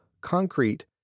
concrete